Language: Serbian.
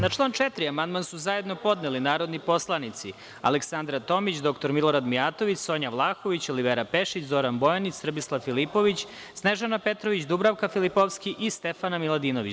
Na član 4. amandman su zajedno podneli narodni poslanici Aleksandra Tomić, dr Milorad Mijatović, Sonja Vlahović, Olivera Pešić, Zoran Bojanić, Srbislav Filipović, Snežana Petrović, Dubravka Filipovski i Stefana Miladinović.